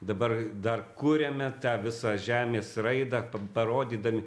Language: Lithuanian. dabar dar kuriame tą visą žemės raidą parodydami